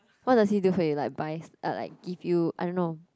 what does he do for you like buy s~ ah like give you I don't know